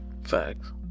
Facts